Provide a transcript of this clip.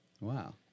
Wow